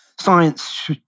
Science